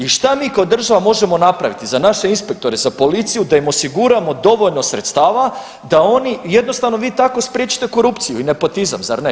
I šta mi kao država možemo napraviti, za naše inspektore, za policiju da im osiguramo dovoljno sredstava da oni jednostavno vi tako spriječite korupciju i nepotizam, zar ne.